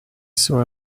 saw